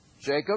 Jacob